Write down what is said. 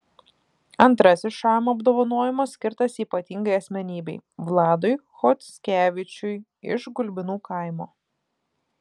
antrasis šama apdovanojimas skirtas ypatingai asmenybei vladui chockevičiui iš gulbinų kaimo